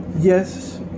Yes